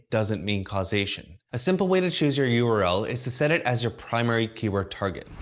doesn't mean causation. a simple way to choose your your url is to set it as your primary keyword target.